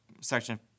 section